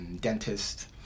dentist